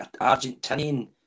Argentinian